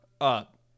up